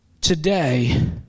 today